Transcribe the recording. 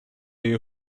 you